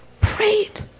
prayed